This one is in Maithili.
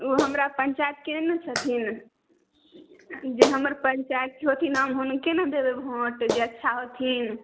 ओ हमरा पञ्चाइतके नहि ने छथिन जे हमर पञ्चाइतके हेथिन हम हुनके ने देबै भोट जे अच्छा हेथिन